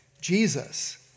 Jesus